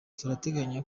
turateganya